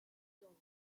stone